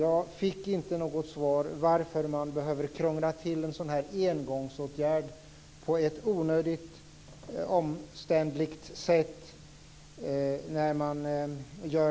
Jag fick inte något svar på frågan varför man behöver krångla till en sådan engångsåtgärd på ett onödigt omständligt sätt.